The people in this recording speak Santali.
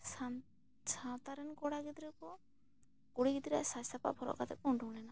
ᱥᱟᱱ ᱥᱟᱶᱛᱟ ᱨᱤᱱ ᱠᱚᱲᱟ ᱜᱤᱫᱽᱨᱟᱹ ᱠᱚ ᱠᱩᱲᱤ ᱜᱤᱫᱽᱨᱟᱹ ᱥᱟᱯ ᱥᱟᱯᱟᱵ ᱦᱚᱨᱚᱜ ᱠᱟᱛᱮᱜ ᱠᱚ ᱚᱰᱚᱠ ᱞᱮᱱᱟ